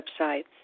websites